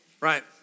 right